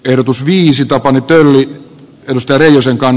erotus viisi tapani tölli kalusto senkan